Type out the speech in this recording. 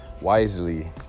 wisely